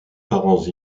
parents